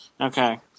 Okay